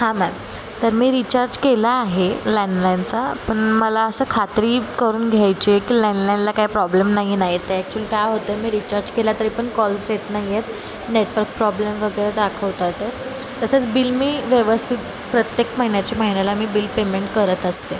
हां मॅम तर मी रिचार्ज केला आहे लॅनलाईनचा पण मला असं खात्री करून घ्यायची आहे की लॅनलाईनला काय प्रॉब्लेम नाही आहे ना येत आहे ॲक्चुअली काय होतं मी रिचार्ज केला तरी पण कॉल्स येत नाही आहेत नेटवर्क प्रॉब्लेम वगैरे दाखवत आहे तर तसेच बिल मी व्यवस्थित प्रत्येक महिन्याच्या महिन्याला मी बिल पेमेंट करत असते